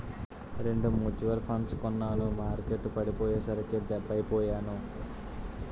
రెండు మ్యూచువల్ ఫండ్లు కొన్నాను మార్కెట్టు పడిపోయ్యేసరికి డెబ్బై పొయ్యాను